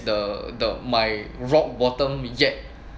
the the my rock bottom yet